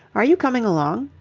are you coming along?